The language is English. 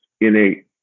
innate